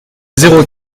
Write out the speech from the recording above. zéro